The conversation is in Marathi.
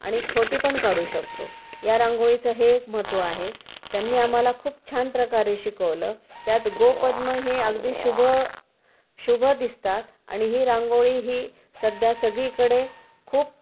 आणि छोटी पण काढू शकतो या रांगोळीचं हे एक महत्त्व आहे त्यांनी आम्हाला खूप छान प्रकारे शिकवलं त्यात गोपद्म हे अगदी शुभ शुभ दिसतात आणि ही रांगोळी ही सध्या सगळीकडे खूप